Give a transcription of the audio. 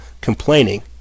complaining